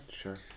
Sure